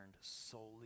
solely